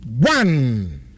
one